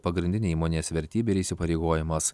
pagrindinė įmonės vertybė ir įsipareigojimas